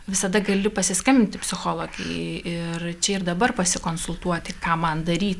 visada gali pasiskambinti psichologei ir čia ir dabar pasikonsultuoti ką man daryti